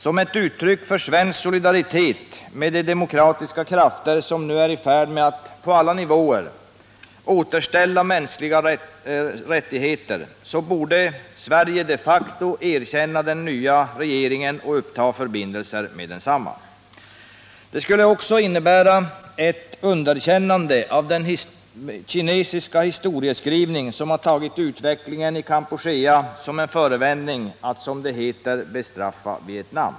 Som ett uttryck för svensk solidaritet med de demokratiska krafter som nu är i färd med att på alla nivåer återställa mänskliga rättigheter borde Sverige de facto erkänna den nya regeringen och uppta förbindelser med densamma. Detta skulle också innebära ett underkännande av den kinesiska historieskrivning som har tagit utvecklingen i Kampuchea som en förevändning för att, som det heter, bestraffa Vietnam.